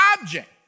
object